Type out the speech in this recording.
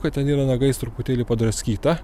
kad ten yra nagais truputėlį draskyta